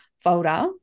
folder